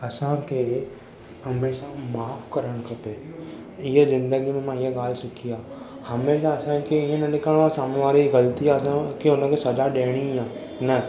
असां खे हमेशह माफ़ करण खपे हीअ ज़िंदगी में मां इहा ॻाल्हि सिखी आहे हमेशह असां खे इएं न लिखणो आहे साम्हूं वारे जी ग़लती आहे त हुन खे सजा ॾियणी ई आहे न